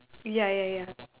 ya ya ya